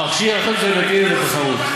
המכשיר היחיד שאני מכיר זה תחרות.